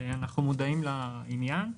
אנחנו מודעים לעניין.